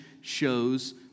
shows